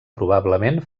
probablement